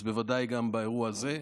אז בוודאי גם באירוע הזה.